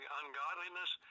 ungodliness